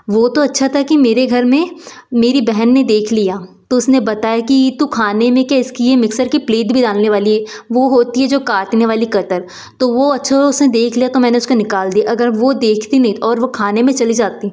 वह तो अच्छा था कि मेरे घर में मेरी बहन ने देख लिया तो उसने बताया की तू खाने में क्या इसकी यह मिक्सर की प्लेट भी डालने वाली है वह होती है जो काटने वाली कतर तो वह अच्छा हुआ उसने देख लिया को मैंने उसको निकाल दिया अगर वह देखती नहीं और वह खाने में चली जाती